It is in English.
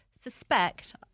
suspect